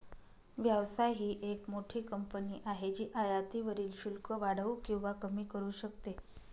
व्यवसाय ही एक मोठी कंपनी आहे जी आयातीवरील शुल्क वाढवू किंवा कमी करू शकते